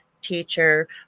teacher